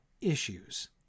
issues